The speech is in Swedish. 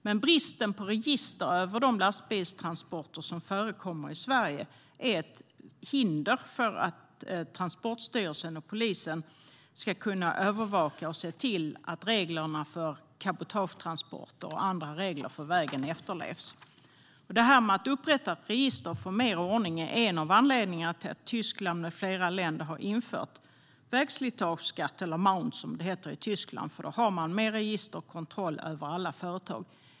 Men bristen på register över de lastbilstransporter som förekommer i Sverige är ett hinder för Transportstyrelsen och polisen att övervaka och se till att reglerna för cabotagetransporter och andra regler för vägen efterlevs. Detta att upprätta ett register för att få mer ordning är en av anledningarna till att Tyskland med flera länder har infört vägslitageskatt, eller Maut som det heter i Tyskland, för då har man med ett register kontroll över alla företag.